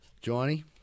johnny